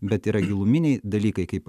bet yra giluminiai dalykai kaip